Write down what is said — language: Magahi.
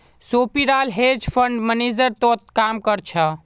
सोपीराल हेज फंड मैनेजर तोत काम कर छ